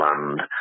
land